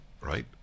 right